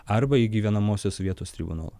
arba į gyvenamosios vietos tribunolą